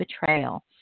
betrayal